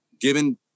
given